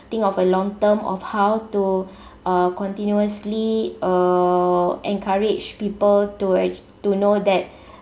think of a long term of how to uh continuously err encourage people to like to know that